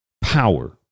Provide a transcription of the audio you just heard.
power